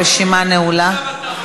הרשימה נעולה.